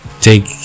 take